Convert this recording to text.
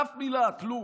אף מילה, כלום.